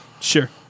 sure